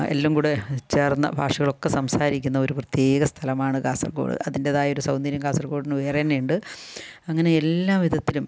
എല്ലം കൂടെ ചേർന്ന ഭാഷകളൊക്കെ സംസാരിക്കുന്ന ഒരു പ്രത്യേക സ്ഥലമാണ് കാസർഗോഡ് അതിന്റേതായ ഒരു സൗന്ദര്യം കാസർഗോഡിന് വേറെ തന്നെയുണ്ട് അങ്ങനെ എല്ലാ വിധത്തിലും